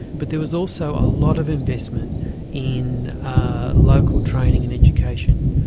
but there was also a lot of investment in local training and education.